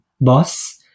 boss